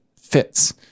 fits